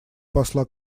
посла